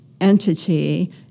entity